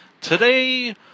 Today